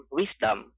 wisdom